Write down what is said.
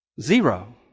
Zero